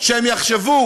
שהם יחשבו